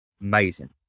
Amazing